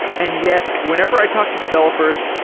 and yet whenever i talk to developers,